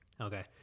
Okay